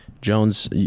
jones